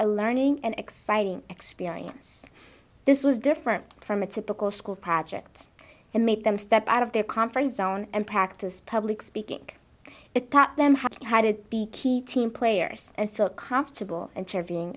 a learning and exciting experience this was different from a typical school project and make them step out of their conference zone and practice public speaking it got them had to be key team players and feel comfortable interviewing